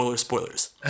spoilers